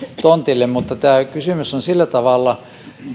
tontille mutta tämä kysymys on sillä tavalla